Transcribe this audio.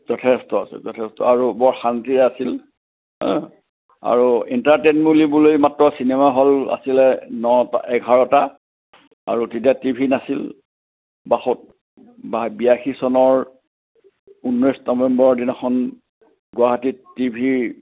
যথেষ্ট আছিল যথেষ্ট আৰু বৰ শান্তিৰে আছিল আৰু এণ্টাৰটেইন বুলিবলে মাত্ৰ চিনেমা হল আছিলে নটা এঘাৰটা আৰু তেতিয়া টিভি নাছিল বাসত্তৰ বা বিয়াশী চনৰ ঊনৈছ নৱেম্বৰ দিনাখন গুৱাহাটীত টিভিৰ